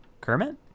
Kermit